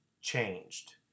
changed